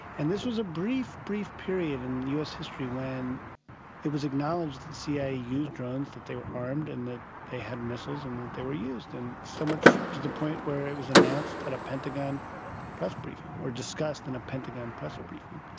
and this was a brief, brief period in us history when it was acknowledged that the cia used drones, that they were armed and that they had missiles and that they were used, and so much to the point where it was announced at a pentagon press briefing or discussed in a pentagon press briefing,